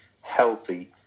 healthy